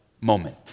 moment